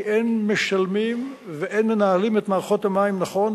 כי אין משלמים ואין מנהלים את מערכות המים נכון,